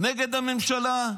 נגד הממשלה,